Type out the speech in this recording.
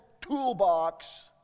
toolbox